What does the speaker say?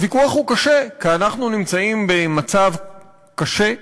הוויכוח הוא קשה, כי אנחנו נמצאים במצב קשה.